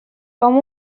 com